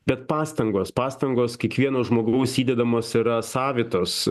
bet pastangos pastangos kiekvieno žmogaus įdedamos yra savitos